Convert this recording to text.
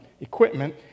equipment